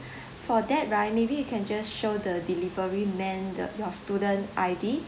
for that right maybe you can just show the delivery man the your student I_D